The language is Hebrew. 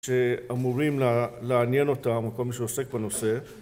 שאמורים לעניין אותם, או כל מי שעוסק בנושא